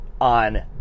on